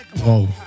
Whoa